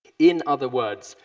in other words,